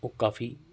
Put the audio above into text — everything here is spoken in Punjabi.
ਉਹ ਕਾਫੀ